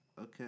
Okay